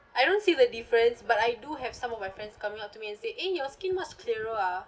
I don't see the difference but I do have some of my friends coming up to me and say eh your skin much clearer ah